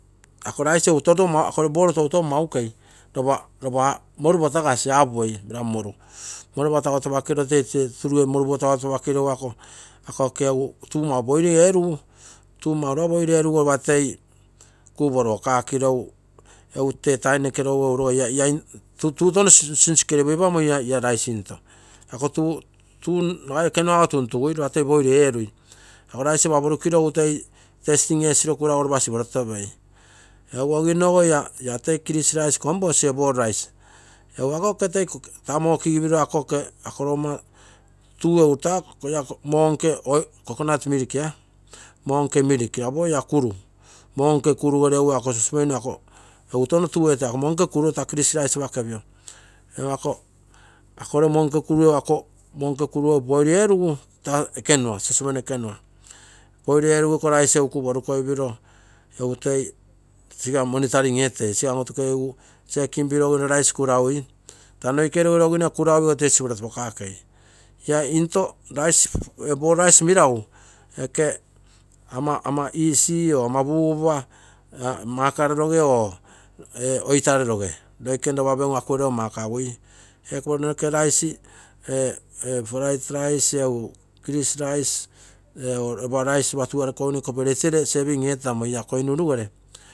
Ako rice egu akogere pou toutou magukei lopa moru patagasi half way. Lopa moru, moru patago ropakiro toi tee turuge moru patago topakiro egu ako oke egu tuu mau boil eerugu lopa toi kuporugaka kiro egu tee taim noke logugu lo ia tuu touno sinsikelipoipami ia rice into ako tuu, tuu nagai ekenua ogo tuntugui lopa toi boil eerui. Ako rice lopoi porukiro egu toi testing esiro kuraugu lopa siporotopei. Egu oginogo ia, ia toi kiiisi rice kom posi ee pou rice, egu oiko oke taa muo kigipiro ako oke logomma tuu egu ako muo nke coconut milk hia, moonke milk apo ia kuru, monke kuruere egu ako sosopemi ako egu touno tuu eeta ako monke kuru taa kiiisi rice apakepio egu ako gere monke kuru egu ako. Monke kuru boil eerugu taa ekunua sosopemi ekemua boil eerugu egu iko rice egu kuu porukoi piro egu toi siga monitaim etei, sisa on-otukeigu checkim piro ogino rice kurau taa noikei logiro agino ia kuraui egu toi siporo to pakakei ia into ee pou rice melagu, oke ama ama easy or ama pugupa makaroroge or ee oitaroroge loikene lopa ee prite rice, egu kiesi rice, ego lopa rice lopaturuge nko peresiere sepim eetamoi ia koinuruere.